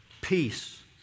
peace